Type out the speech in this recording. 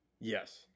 Yes